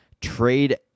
Trade